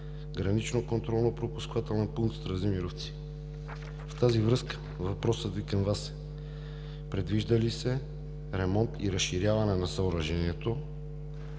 граничния контролно-пропускателен пункт Стрезимировци. В тази връзка въпросът ми към Вас е: предвижда ли се ремонт и разширяване на съоръжението